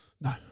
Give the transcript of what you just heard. No